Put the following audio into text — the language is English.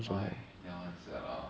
!aiya! 很 sad lah